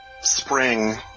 Spring